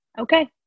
okay